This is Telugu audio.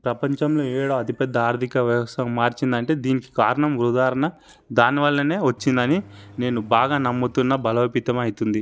ప్రపంచంలో ఏడవ అతి పెద్ద ఆర్థిక వ్యవస్థ మార్చిందంటే దీనికి కారణం ఉదాహరణ దాని వల్లనే వచ్చిందని నేను బాగా నమ్ముతున్నా బలోపేతమైతుంది